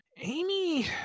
Amy